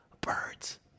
Birds